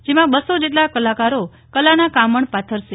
જેમાં બસો જેટલા કલાકારો કલાના કામણ પાથરશે